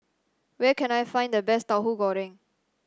where can I find the best Tauhu Goreng